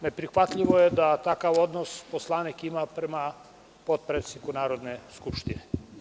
Neprihvatljivo je da takav odnos poslanik ima prema potpredsedniku Narodne skupštine.